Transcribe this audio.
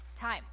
time